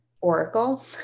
Oracle